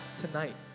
tonight